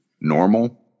normal